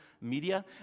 media